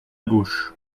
gauche